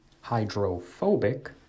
Hydrophobic